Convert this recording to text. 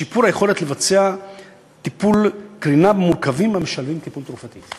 שיפור היכולת לבצע טיפולי קרינה מורכבים המשלבים טיפול תרופתי,